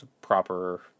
proper